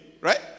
Right